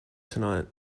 tonight